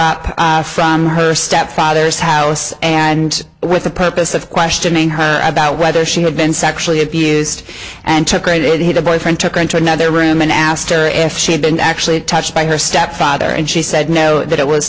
her up from her stepfather's house and with the purpose of questioning her about whether she had been sexually abused and took great it had a boyfriend took her into another room and asked her if she had been actually touched by her stepfather and she said no that it was